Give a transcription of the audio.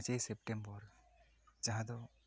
ᱯᱟᱪᱮᱭ September ᱡᱟᱦᱟᱸ ᱫᱚ